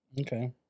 Okay